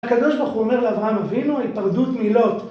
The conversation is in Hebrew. הקדוש ברוך הוא אומר לאברהם אבינו היפרדות מילות